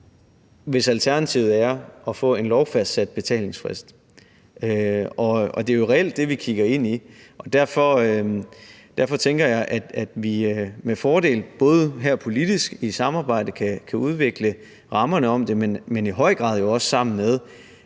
hvis alternativet er at få en lovfastsat betalingsfrist, og det er jo reelt det, vi kigger ind i. Derfor tænker jeg, at vi med fordel både politisk i samarbejde kan udvikle rammerne om det og i høj grad også have